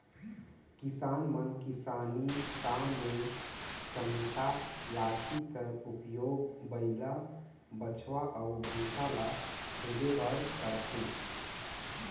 किसान मन किसानी काम मे चमेटा लाठी कर उपियोग बइला, बछवा अउ भइसा ल खेदे बर करथे